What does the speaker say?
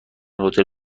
هتل